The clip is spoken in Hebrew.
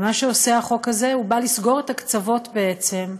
מה שעושה החוק הזה, הוא בא לסגור את הקצוות, בעצם,